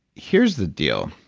here's the deal.